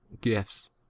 gifts